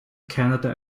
canada